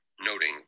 noting